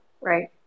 right